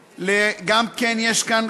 גם כן יש כאן,